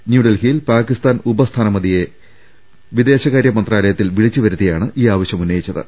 ന്യൂഡൽഹിയിൽ പാകിസ്താൻ ഉപസ്ഥാനപതിയെ വിദേശ കാര്യമന്ത്രാലയത്തിൽ വിളിച്ചുവരുത്തിയാണ് ഈ ആവശ്യമുന്നയിച്ച ത്